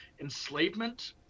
enslavement